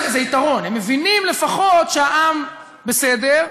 זה יתרון, הם מבינים לפחות שהעם בסדר,